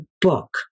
book